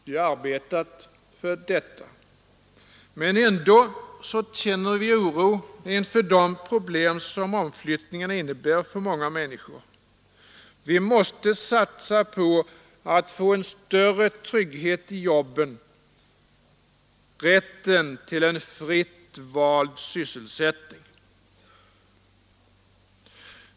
Vi har arbetat för detta. Men ändå känner vi oro inför de problem som omflyttningen innebär för många människor. Vi måste satsa på att få en större trygghet i jobben, få rätten till en fritt vald sysselsättning.